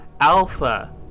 Alpha